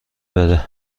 بده